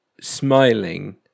smiling